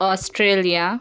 Australia